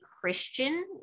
christian